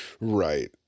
Right